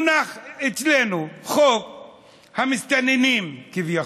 מונח אצלנו חוק המסתננים, כביכול,